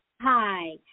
Hi